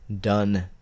done